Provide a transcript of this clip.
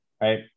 right